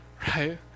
right